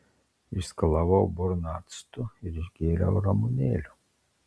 išskalavau burną actu ir išgėriau ramunėlių